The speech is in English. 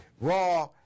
Raw